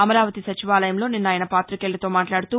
అమరావతి సచివాలయంలో నిన్న ఆయస పాతికేయులతో మాట్లాడుతూ